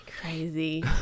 Crazy